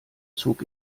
zog